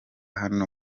hano